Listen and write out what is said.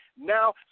now